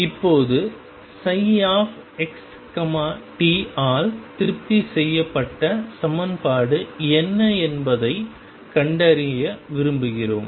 இப்போது ψ x t ஆல் திருப்தி செய்யப்பட்ட சமன்பாடு என்ன என்பதைக் கண்டறிய விரும்புகிறோம்